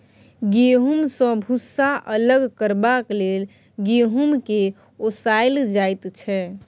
गहुँम सँ भुस्सा अलग करबाक लेल गहुँम केँ ओसाएल जाइ छै